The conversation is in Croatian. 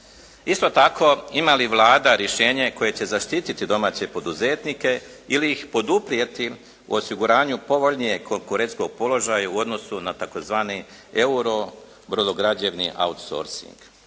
Isto tako, ima li Vlada rješenje koje će zaštitit domaće poduzetnike ili ih poduprijeti u osiguranju povoljnijeg konkurentskog položaja u odnosu na tzv. euro brodograđevni outsourcing.